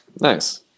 Nice